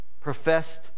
professed